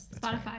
Spotify